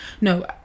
no